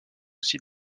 aussi